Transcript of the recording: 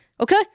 Okay